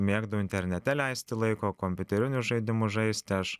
mėgdavau internete leisti laiko kompiuterinius žaidimus žaisti aš